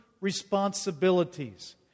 responsibilities